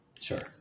Sure